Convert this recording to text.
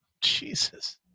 Jesus